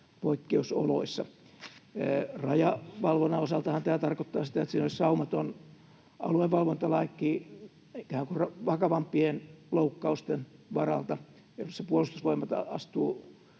poikkeusoloissa. Rajavalvonnan osaltahan tämä tarkoittaa sitä, että siinä olisi saumaton aluevalvontalaki ikään kuin vakavampien loukkausten varalta, jolloin Puolustusvoimat astuu